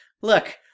look